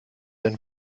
ein